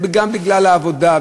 גם בגלל העבודה,